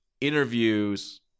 interviews